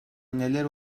neler